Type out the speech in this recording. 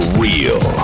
real